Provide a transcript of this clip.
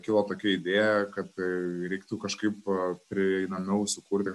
kilo tokia idėja kad reiktų kažkaip prieinamiau sukurti